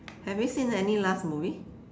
have you seen any last movie